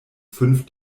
fünf